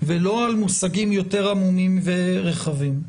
ולא על מושגים יותר עמומים ורחבים.